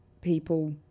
people